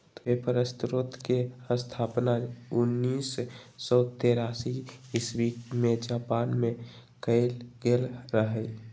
paper स्रोतके स्थापना उनइस सौ तेरासी इस्बी में जापान मे कएल गेल रहइ